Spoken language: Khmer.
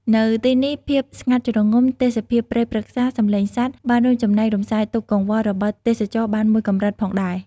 នៅទីនេះ ភាពស្ងាត់ជ្រងំ ទេសភាពព្រៃព្រឹក្សា សំឡេងសត្វ បានរួមចំណែករំសាយទុក្ខកង្វល់របស់ទេសចរបានមួយកម្រិតផងដែរ។